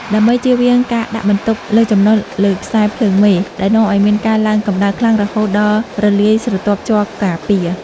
ដើម្បីចៀសវាងការដាក់បន្ទុកលើសចំណុះលើខ្សែភ្លើងមេ ដែលនាំឱ្យមានការឡើងកម្ដៅខ្លាំងរហូតដល់រលាយស្រទាប់ជ័រការពារ។